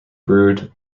brewed